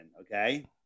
okay